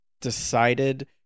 decided